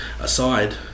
aside